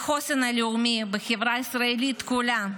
בחוסן הלאומי, בחברה הישראלית כולה.